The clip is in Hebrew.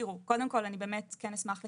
קודם כל אני באמת כן אשמח לסייג,